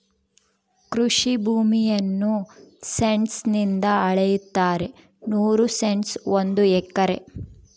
ಕೃಷಿ ಭೂಮಿಯನ್ನು ಸೆಂಟ್ಸ್ ನಿಂದ ಅಳೆಯುತ್ತಾರೆ ನೂರು ಸೆಂಟ್ಸ್ ಒಂದು ಎಕರೆ